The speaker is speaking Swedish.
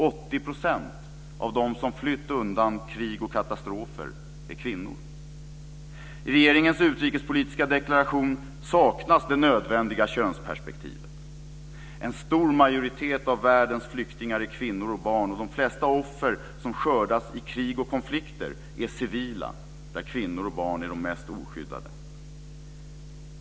80 % av dem som flytt undan krig och katastrofer är kvinnor. I regeringens utrikespolitiska deklaration saknas det nödvändiga könsperspektivet. En stor majoritet av världens flyktingar är kvinnor och barn. De flesta offer som skördas i krig och konflikter är civila, där kvinnor och barn är de mest oskyddade.